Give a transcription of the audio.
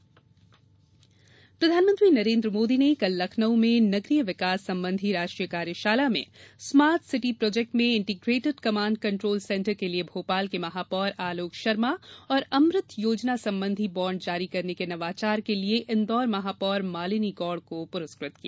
प्रधानमंत्री प्रधानमंत्री नरेन्द्र मोदी ने कल लखनऊ में नगरीय विकास संबंधी राष्ट्रीय कार्यशाला में स्मार्ट सिटी प्रोजेक्ट में इन्ट्रीग्रेटेड कमाण्ड कंट्रोल सेंटर के लिये भोपाल के महापौर आलोक शर्मा और अमृत योजना संबंधी बाण्ड जारी करने के नवाचार के लिये इंदौर महापौर मालिनी गौड़ को पुरस्कृत किया